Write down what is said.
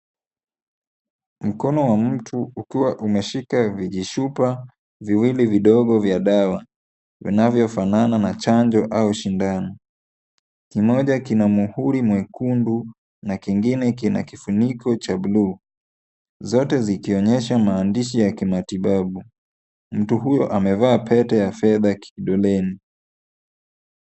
Mkono wa mtu ukiwa umeshika vijichupa viwili vidogo vya dawa vinavyofanana na chanjo au shindano. Kimoja kina muhuri mwekundu na kingine kina kifuniko cha blue .Zote zikionyesha maandishi ya kimatibabu. Mtu huyu amevaa pete ya fedha kidoleni.